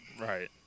Right